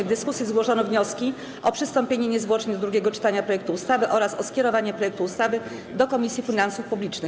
W dyskusji zgłoszono wnioski: o przystąpienie niezwłocznie do drugiego czytania projektu ustawy oraz o skierowanie projektu ustawy do Komisji Finansów Publicznych.